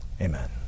amen